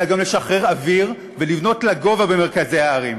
אלא גם לשחרר אוויר ולבנות לגובה במרכזי הערים.